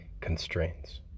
constraints